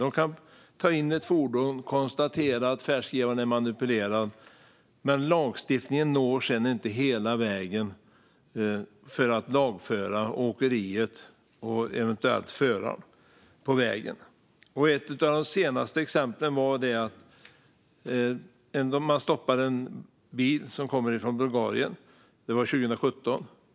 De kan ta in ett fordon och konstatera att färdskrivaren är manipulerad, men lagstiftningen når sedan inte hela vägen för att lagföra åkeriet och eventuellt föraren på vägen. I ett av de senaste exemplen stoppade man en bil som kom från Bulgarien. Det skedde 2017.